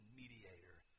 mediator